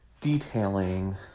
detailing